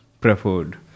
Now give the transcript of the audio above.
preferred